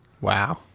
wow